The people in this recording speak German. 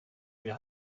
wer